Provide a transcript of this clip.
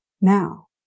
Now